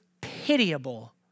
pitiable